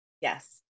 Yes